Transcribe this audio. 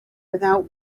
without